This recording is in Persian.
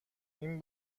این